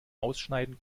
ausschneiden